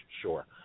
sure